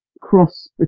cross